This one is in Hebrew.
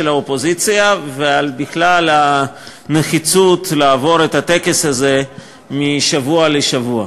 האופוזיציה ובכלל על הנחיצות לעבור את הטקס הזה משבוע לשבוע.